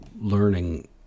learning